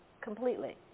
completely